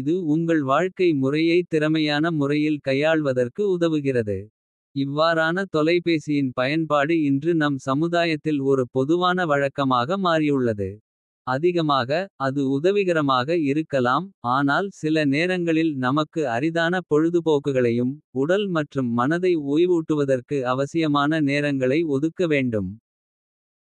இது உங்கள் வாழ்க்கை முறையைத் திறமையான. முறையில் கையாள்வதற்கு உதவுகிறது. இவ்வாறான தொலைபேசியின் பயன்பாடு இன்று. நம் சமுதாயத்தில் ஒரு பொதுவான வழக்கமாக மாறியுள்ளது. அதிகமாக அது உதவிகரமாக இருக்கலாம். ஆனால் சில நேரங்களில் நமக்கு அரிதான பொழுதுபோக்குகளையும். உடல் மற்றும் மனதை ஓய்வூட்டுவதற்கு அவசியமான. நேரங்களை ஒதுக்க வேண்டும்.